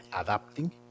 adapting